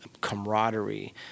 camaraderie